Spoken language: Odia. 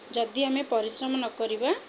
ଯଦି ଆମେ ପରିଶ୍ରମ ନ କରିବା